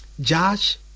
Josh